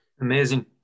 amazing